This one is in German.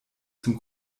zum